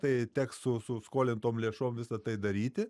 tai teks su su skolintom lėšom visa tai daryti